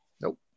Nope